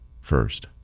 first